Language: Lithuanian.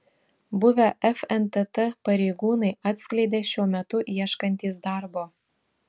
buvę fntt pareigūnai atskleidė šiuo metu ieškantys darbo